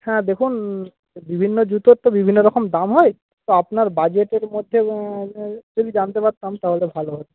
হ্যাঁ দেখুন বিভিন্ন জুতোর তো বিভিন্ন রকম দাম হয় তো আপনার বাজেটের মধ্যে যদি জানতে পারতাম তাহলে ভালো হত